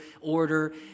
order